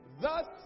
Thus